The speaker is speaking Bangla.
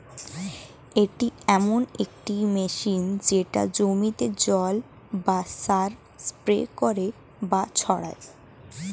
এটি এমন একটি মেশিন যেটা জমিতে জল বা সার স্প্রে করে বা ছড়ায়